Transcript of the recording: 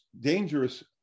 dangerous